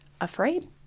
afraid